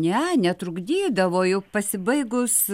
ne netrukdydavo juk pasibaigus